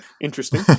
interesting